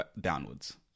downwards